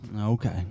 Okay